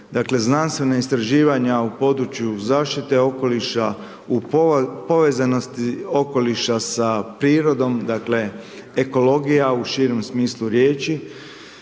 znanstvena istraživanja u području zaštite okoliša, u povezanosti okoliša sa prirodom, dakle, ekologija u širem smislu riječi